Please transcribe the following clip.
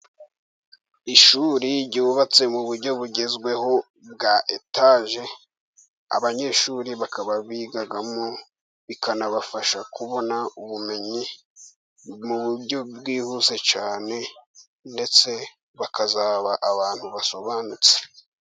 Ishuri ryubatse mu buryo bugezweho bwa etaje ,abanyeshuri bakaba bigamo bikanabafasha kubona ubumenyi mu buryo bwihuse cyane ,ndetse bakazaba abantu basobanutse.